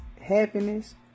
happiness